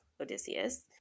Odysseus